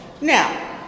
Now